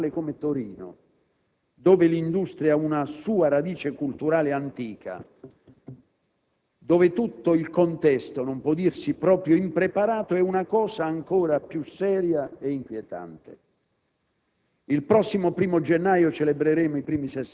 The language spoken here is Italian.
che un incidente così grave, in una realtà sociale come Torino, dove l'industria ha una sua radice culturale antica e dove tutto il contesto non può dirsi proprio impreparato, è una cosa ancora più seria ed inquietante.